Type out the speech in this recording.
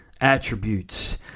attributes